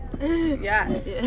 yes